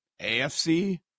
AFC